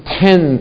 ten